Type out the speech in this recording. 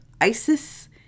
Isis